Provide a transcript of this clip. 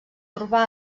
urbà